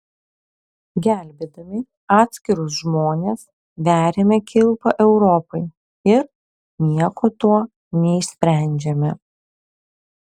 gelbėdami atskirus žmones veriame kilpą europai ir nieko tuo neišsprendžiame